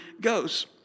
goes